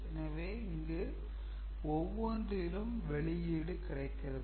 எனவே இங்கு ஒவ்வொன்றிலும் வெளியீடு கிடைக்கிறது